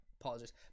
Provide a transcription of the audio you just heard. apologize